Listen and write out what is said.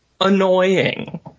annoying